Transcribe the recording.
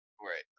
Right